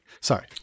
Sorry